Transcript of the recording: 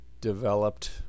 developed